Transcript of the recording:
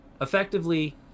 effectively